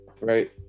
right